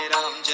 Ram